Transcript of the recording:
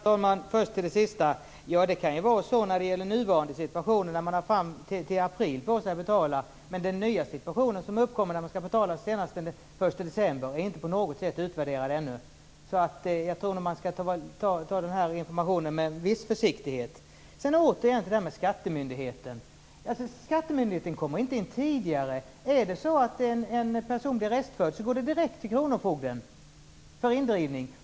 Herr talman! Ja, det kan vara så i nuvarande situation, då man har tid fram till april på sig för att betala. Den nya situation som uppkommer när man skall betala senast den 1 december är dock ännu inte på något sätt utvärderad. Jag tror alltså att man skall ta denna information med viss försiktighet. Vad återigen gäller skattemyndigheten vill jag säga att denna inte kommer in tidigare. Om en person blir restförd, går ärendet direkt till kronofogden för indrivning.